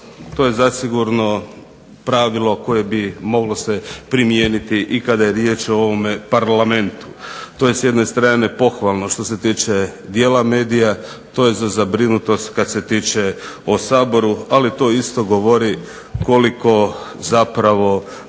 To je zasigurno pravilo koje bi moglo se primijeniti i kada je riječ o ovome Parlamentu. To je s jedne strane pohvalno što se tiče dijela medija, to je za zabrinutost kad se tiče o Saboru, ali to isto govori koliko zapravo